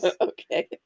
Okay